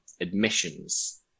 admissions